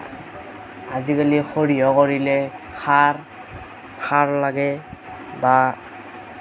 আজিকালি সৰিয়হ কৰিলে সাৰ সাৰ লাগে বা